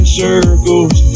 circles